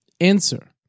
Answer